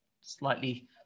slightly